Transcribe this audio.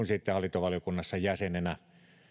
sitten hallintovaliokunnassa jäsenenä